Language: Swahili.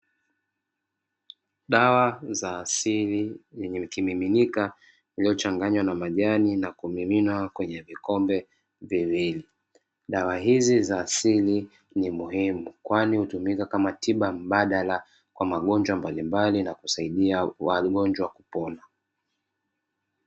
Dawa za asili yenye kimiminika iliyochangnywa na majani na kumiminwa kwenye vikombe viwili. Dawa hizi za asili ni muhimu kwani hutumika kama tiba mbadala kwa magonjwa mbalimbali na kusaidia wagonjwa kupona.